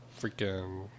freaking